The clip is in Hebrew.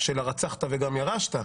של "הרצחת וגם ירשת"